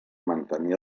mantenir